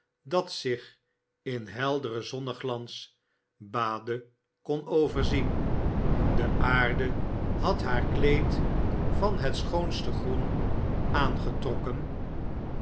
dat zich in helderen zonneglans baadde kon overzien de aarde had haar kleed van het schoonste groen aangetrokken